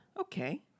Okay